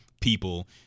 People